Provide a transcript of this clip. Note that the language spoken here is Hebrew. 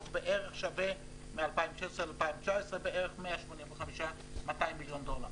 בערך שווה מ-2016 עד 2019 בערך 200-185 מיליון דולר.